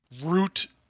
Root